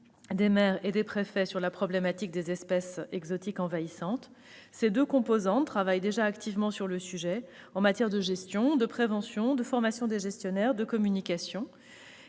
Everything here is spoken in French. des maires et des préfets sur la problématique des espèces exotiques envahissantes. Ses deux composantes travaillent déjà activement sur le sujet en matière de gestion, de prévention, de formation des gestionnaires et de communication.